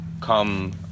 come